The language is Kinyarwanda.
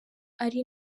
ari